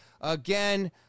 Again